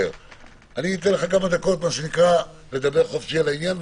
אתן לך כמה דקות לדבר חופשי בעניין.